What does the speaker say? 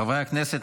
חברי הכנסת,